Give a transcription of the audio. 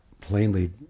plainly